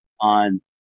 on